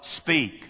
Speak